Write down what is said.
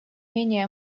менее